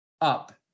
up